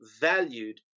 valued